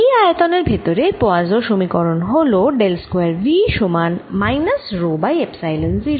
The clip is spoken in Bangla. এই আয়তনের ভেতরে পোয়াসোঁ সমীকরণ হল ডেল স্কয়ার V সমান মাইনাস রো বাই এপসাইলন 0